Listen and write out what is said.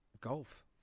Golf